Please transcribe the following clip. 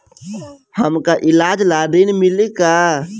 हमका ईलाज ला ऋण मिली का?